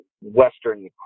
Western